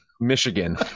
Michigan